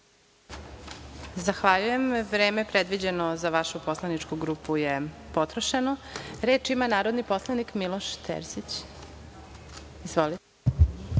Zahvaljujem. Vreme predviđeno za vašu poslaničku grupu je potrošeno. Reč ima narodni poslanik Miloš Terzić. Izvolite.